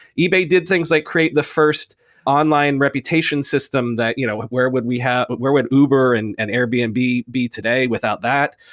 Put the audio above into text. ebay did things like create the first online reputation system that you know where would we have where would uber and and airbnb be be today without that.